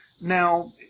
Now